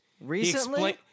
recently